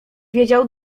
wiedział